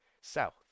south